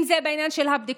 אם זה בעניין של הבדיקות,